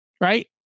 right